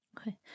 Okay